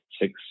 six